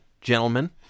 Gentlemen